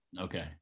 Okay